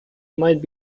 might